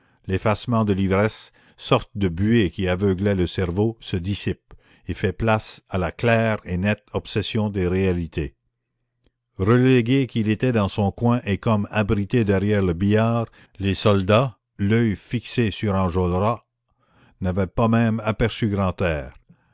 l'effacement de l'ivresse sorte de buée qui aveuglait le cerveau se dissipe et fait place à la claire et nette obsession des réalités relégué qu'il était dans son coin et comme abrité derrière le billard les soldats l'oeil fixé sur enjolras n'avaient pas même aperçu grantaire